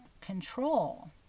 control